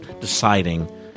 Deciding